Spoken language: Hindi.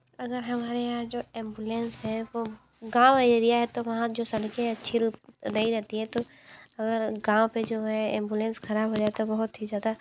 अगर हमारे यहाँ जो ऐंबुलेंस है वो गाँव एरिया है तो वहाँ जो सड़कें अच्छी नही रहती है तो अगर गाँव पे जो है एम्बुलेंस खराब हो जाए तो बहुत ही ज़्यादा